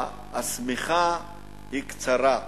השמיכה היא קצרה.